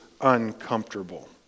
uncomfortable